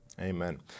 Amen